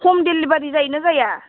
हम देलिबारि जायोना जाया